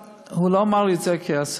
הוא לא אמר לי את זה כהצעה,